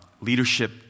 leadership